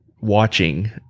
watching